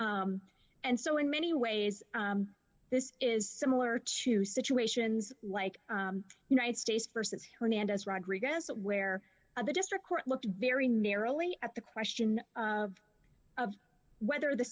and so in many ways this is similar to situations like united states versus hernandez rodriguez where of the district court looked very narrowly at the question of whether the